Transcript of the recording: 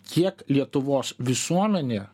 kiek lietuvos visuomenė